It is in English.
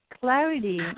clarity